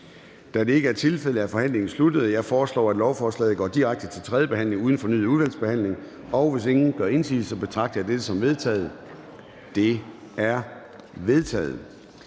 Da det ikke er tilfældet, er forhandlingen sluttet. Jeg foreslår, at lovforslaget går direkte til tredje behandling uden fornyet udvalgsbehandling. Hvis ingen gør indsigelse, betragter jeg dette som vedtaget. Det er vedtaget.